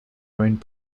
owned